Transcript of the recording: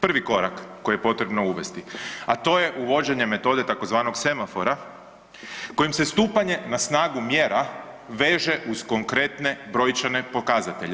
Prvi korak koji je potrebno uvesti, a to je uvođenje metode tzv. semafora kojim se stupanje na snagu mjera veže uz konkretne brojčane pokazatelje.